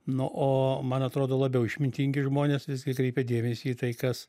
na o man atrodo labiau išmintingi žmonės visgi kreipia dėmesį į tai kas